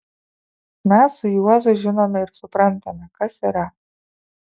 mes su juozu žinome ir suprantame kas yra